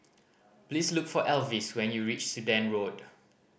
please look for Elvis when you reach Sudan Road